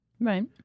Right